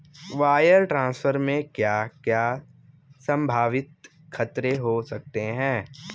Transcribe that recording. Wire transfer में क्या क्या संभावित खतरे हो सकते हैं?